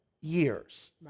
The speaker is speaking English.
years